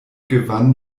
gewann